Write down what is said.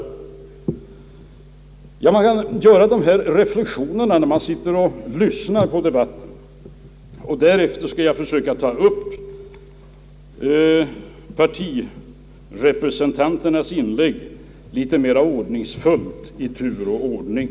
Ja, det är sådana reflexioner man gör när man lyssnar på debatten. Jag skall nu försöka ta upp partirepresentanternas synpunkter litet mera i tur och ordning.